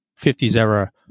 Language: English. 50s-era